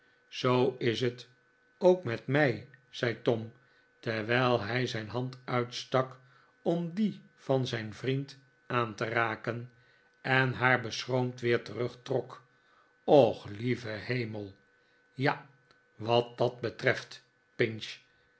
zoo is het ook met mij zei tom terwijl hij zijri hand uitstak om die van zijn vriend aan te raken en haar beschroomd weer terugtrok och lieve hemell ja wat dat betreft pinch